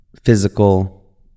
physical